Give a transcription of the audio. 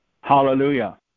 Hallelujah